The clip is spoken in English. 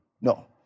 No